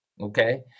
okay